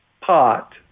pot